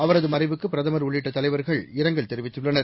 அவரது மறைவுக்கு பிரதமர் உள்ளிட்ட தலைவர்கள் இரங்கல் தெரிவித்துள்ளனர்